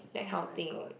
oh my god